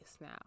now